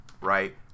right